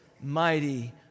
mighty